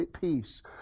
peace